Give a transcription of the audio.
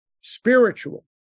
spiritual